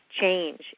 change